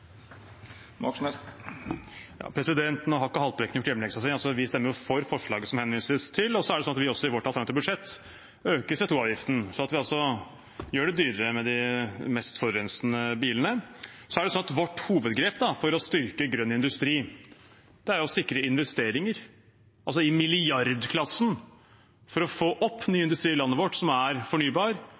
Nå har ikke Haltbrekken gjort hjemmeleksa si. Vi stemmer jo for forslaget som det henvises til, og så er det også sånn at vi i vårt alternative budsjett øker CO 2 -avgiften, sånn at vi altså gjør det dyrere med de mest forurensende bilene. Vårt hovedgrep for å styrke grønn industri er å sikre investeringer i milliardklassen for å få opp ny industri i landet vårt som er fornybar,